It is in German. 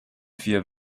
vier